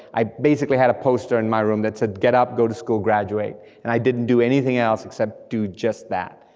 i basically had a poster in my room that said, get up, go to school, graduate and i didn't do anything else except just that,